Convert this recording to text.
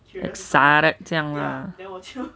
excited 这样啦